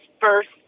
first